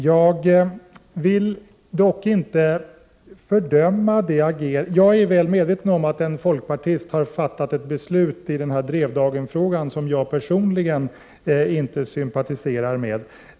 Jag är väl medveten om att en folkpartist i Drevdagenfrågan har fattat ett beslut som jag personligen inte sympatiserar med.